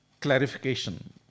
clarification